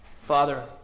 Father